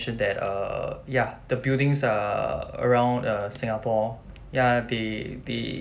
mentioned that err yeah the buildings are around uh singapore ya they they